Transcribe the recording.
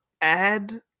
add